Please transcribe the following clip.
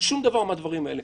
שום דבר מהדברים האלה.